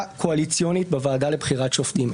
קואליציונית בוועדה לבחירת שופטים,